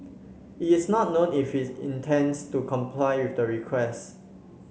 it is not known if his intends to comply with the request